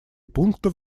пунктов